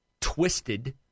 twisted